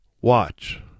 Watch